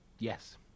Yes